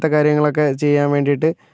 അങ്ങനത്തെ കാര്യങ്ങളൊക്കെ ചെയ്യാന് വേണ്ടിയിട്ട്